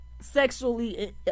Sexually